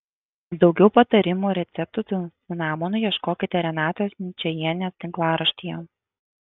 daugiau patarimų ir receptų su cinamonu ieškokite renatos ničajienės tinklaraštyje